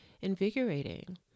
invigorating